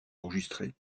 enregistré